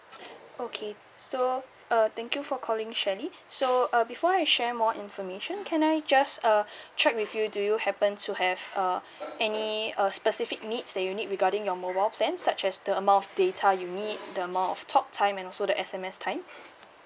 okay so uh thank you for calling shirley so uh before I share more information can I just uh check with you do you happen to have uh any uh specific needs that you need regarding your mobile plan such as the amount of data you need the amount of talk time and also the S_M_S time